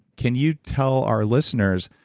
can you tell our listeners,